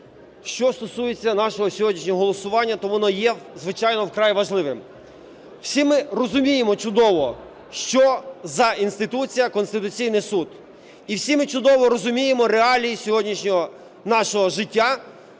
Що стосується нашого сьогоднішнього голосування, то воно є, звичайно, вкрай важливим. Всі ми розуміємо чудово, що за інституція Конституційний Суд. І всі ми чудово розуміємо реалії сьогоднішнього нашого життя,